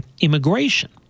immigration